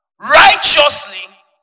righteously